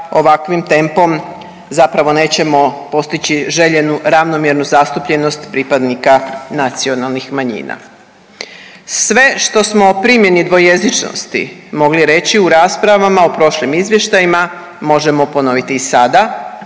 ovakvim tempom zapravo nećemo postići željenu ravnomjernu zastupljenost pripadnika nacionalnih manjina. Sve što smo o primjeni dvojezičnosti mogli reći u raspravama o prošlim izvještajima možemo ponoviti i sada